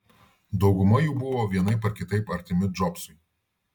dauguma jų buvo vienaip ar kitaip artimi džobsui